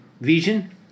vision